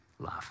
Love